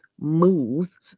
moves